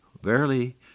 verily